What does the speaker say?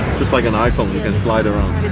just like an iphone, you can slide around.